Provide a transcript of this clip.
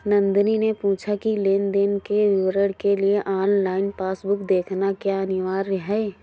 नंदनी ने पूछा की लेन देन के विवरण के लिए ऑनलाइन पासबुक देखना क्या अनिवार्य है?